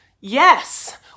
yes